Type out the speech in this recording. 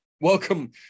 welcome